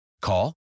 Call